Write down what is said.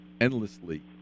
endlessly